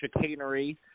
chicanery